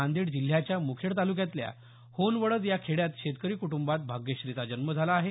नांदेड जिल्ह्याच्या मुखेड तालुक्यातल्या होनवडज या खेड्यात शेतकरी कुटुंबात भाग्यश्रीचा जन्म झाला आहे